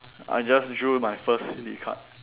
I just drew my first silly card